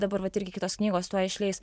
dabar vat irgi kitos knygos tuoj išleis